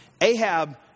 Ahab